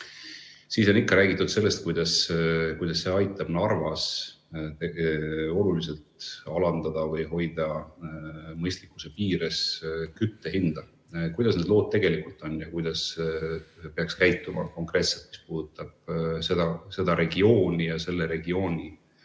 põletamisel, räägitud sellest, kuidas see aitab Narvas oluliselt alandada või hoida mõistlikkuse piires kütte hinda. Kuidas need lood tegelikult on ja kuidas peaks käituma, mis puudutab konkreetselt seda regiooni ja selle regiooni